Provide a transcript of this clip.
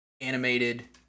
Animated